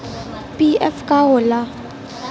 PF का होला?